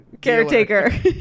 caretaker